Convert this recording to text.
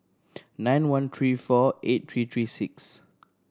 nine one three four eight three three six